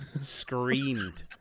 screamed